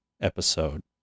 episode